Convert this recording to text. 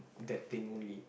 in that thing only